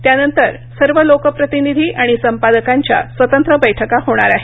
त्यानंतर सर्व लोकप्रतिनिधी आणि संपादकांच्या स्वतंत्र बैठका होणार आहेत